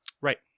Right